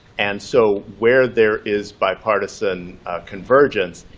and so where there is bipartisan convergence,